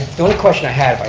only question i have,